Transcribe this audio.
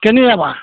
কেনি যাবা